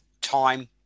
time